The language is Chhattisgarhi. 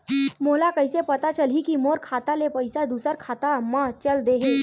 मोला कइसे पता चलही कि मोर खाता ले पईसा दूसरा खाता मा चल देहे?